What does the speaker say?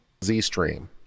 Zstream